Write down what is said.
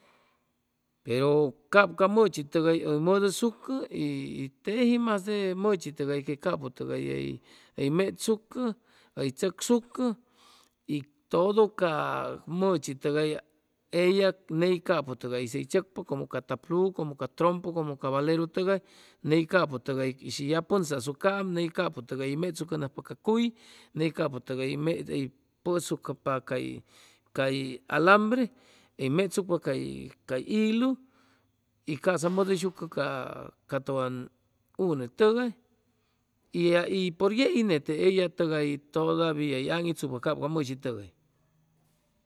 Pero cap ca mʉchi tʉgay hʉy mʉdʉsucʉ y teji masde mʉchi tʉgay que capʉ tʉgay hʉy hʉy mechsucʉ hʉy tzʉcsucʉ y todo ca mʉchi tʉgay ellag ney capʉ tʉgay hʉy tzʉcpa como ca taplu, como ca trompo, como ca valeru tʉgay ney capʉ tʉgay shi ya pʉnza azucaam ney capʉ tʉgay hʉy mnechsucʉnajpa ca cuy ney capʉ tʉgay hʉy pʉsucʉpa cay cay alambre hʉy mechsucpa cay cay hilu y ca'sa mʉdʉyshucʉ ca ca t+iuwan une tʉgay y ya por yei nete ella tʉgay todavia hʉy aŋitsucpa cap ca mʉchi tʉgay